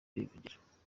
birivugira